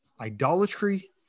idolatry